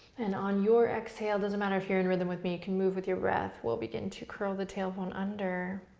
and on your exhale, doesn't matter if you're in rhythm with me, you can move with you breath. we'll begin to curl the tailbone under,